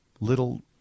Little